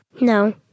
No